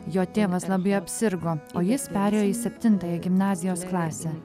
jo tėvas labai apsirgo o jis perėjo į septintąją gimnazijos klasę